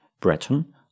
Breton